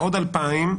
1,000,